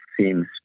seems